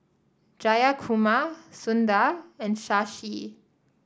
Jayakumar Sundar and Shashi